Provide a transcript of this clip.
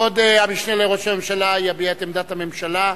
כבוד המשנה לראש הממשלה יביע את עמדת הממשלה,